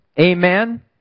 Amen